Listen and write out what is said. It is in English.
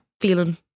Feeling